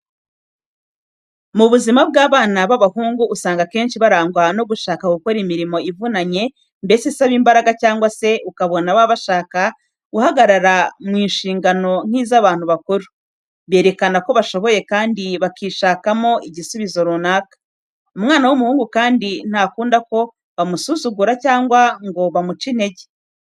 Mu buzima bw'abana b'abahungu usanga akenshi barangwa no gushaka gukora imirimo ivunanye mbese isaba imbaraga cyangwa se ukabona baba bashaka guhagarara mu nshingano nk'iz'abantu bakuru, berekana ko bashoboye kandi bakishakamo igisubizo runaka. Umwana w'umuhungu kandi ntakunda ko bamusuzugura cyangwa ngo bamuce intege.